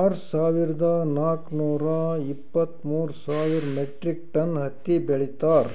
R ಸಾವಿರದಾ ನಾಕ್ ನೂರಾ ಇಪ್ಪತ್ತ್ಮೂರ್ ಸಾವಿರ್ ಮೆಟ್ರಿಕ್ ಟನ್ ಹತ್ತಿ ಬೆಳೀತಾರ್